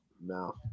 no